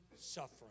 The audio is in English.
suffering